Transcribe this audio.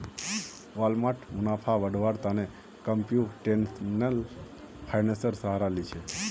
Walmart मुनाफा बढ़व्वार त न कंप्यूटेशनल फाइनेंसेर सहारा ली छेक